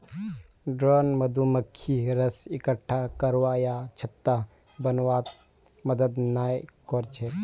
drone मधुमक्खी रस इक्कठा करवा या छत्ता बनव्वात मदद नइ कर छेक